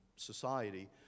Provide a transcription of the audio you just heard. society